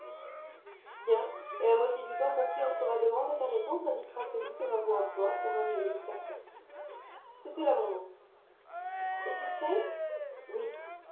bien et la moitié du temps compris entre ma demande et ta réponse indiquera celui que ma voix emploie pour arriver jusqu'à toi c'est cela mon oncle es-tu prêt oui